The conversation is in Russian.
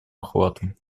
охвату